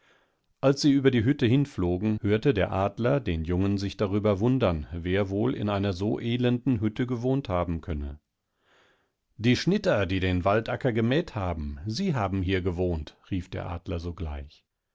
als sie über die hütte hinflogen hörte der adler den jungen sich darüber wundern wer wohl in einer so elendenhüttegewohnthabenkönne die schnitter die den waldacker gemäht haben sie haben hier gewohnt riefderadlersogleich derjungedachtedaran